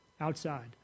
outside